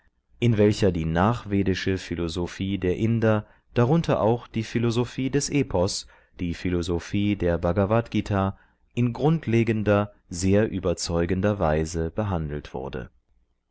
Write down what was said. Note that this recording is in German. in welcher die nachvedische philosophie der inder darunter auch die philosophie des epos die philosophie der bhagavadgt in grundlegender sehr überzeugender weise behandelt wurde